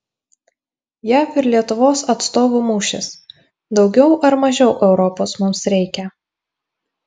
jav ir lietuvos atstovų mūšis daugiau ar mažiau europos mums reikia